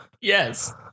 Yes